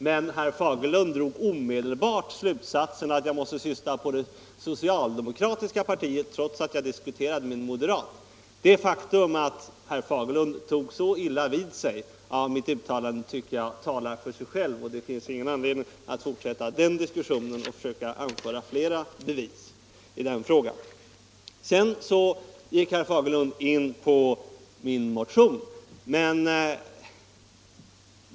Men herr Fagerlund drog omedelbart slutsatsen att jag måste syfta på det socialdemokratiska partiet, trots att jag diskuterade med en moderat. Det faktum att herr Fagerlund tog så illa vid sig av mitt uttalande tycker jag talar för sig självt. Det finns ingen anledning att fortsätta den diskussionen och att anföra fler bevis. Sedan gick herr Fagerlund in på min motion.